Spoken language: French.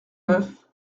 neuf